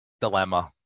dilemma